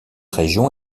région